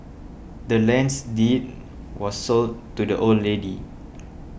the land's deed was sold to the old lady